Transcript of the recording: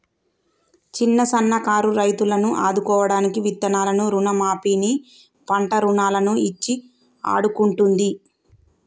చిన్న సన్న కారు రైతులను ఆదుకోడానికి విత్తనాలను రుణ మాఫీ ని, పంట రుణాలను ఇచ్చి ఆడుకుంటుంది